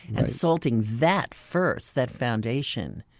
and salt and that first, that foundation,